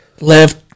Left